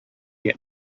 get